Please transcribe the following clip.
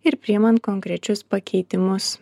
ir priimant konkrečius pakeitimus